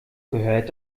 gehört